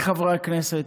חבריי חברי הכנסת,